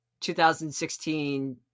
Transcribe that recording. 2016